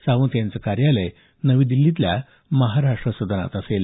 सावंत यांचं कार्यालय नवी दिल्लीतल्या महाराष्ट सदन इथं असेल